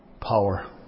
power